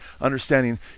understanding